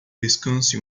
descanse